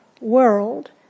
world